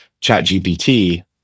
ChatGPT